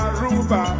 Aruba